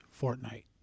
Fortnite